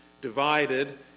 divided